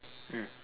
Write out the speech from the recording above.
mm